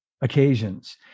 occasions